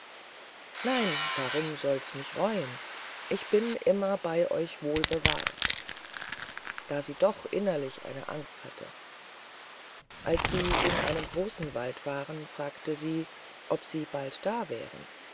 nein warum sollt michs reuen ich bin immer bei euch wohl bewahrt da sie doch innerlich eine angst hatte als sie in einem großen wald waren fragte sie ob sie bald da wären